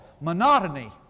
Monotony